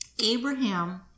Abraham